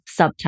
subtype